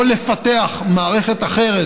או לפתח מערכת אחרת,